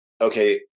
okay